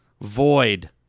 void